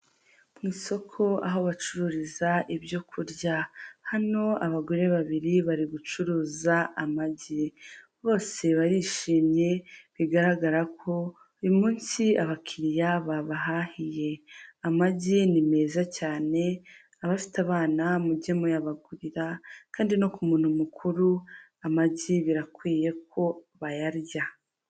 Ku isoko aho bacururiza ibyo kurya, hano abagore babiri bari gucuruza amagi, bose barishimye bigaragara ko uyu munsi abakiriya babahahiye. Amagi ni meza cyane abafite abana mujye muyabagurira kandi no ku muntu mukuru amagi birakwiye ko bayarya.